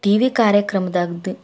T V ಕಾರ್ಯಕ್ರಮದಾಗದೂ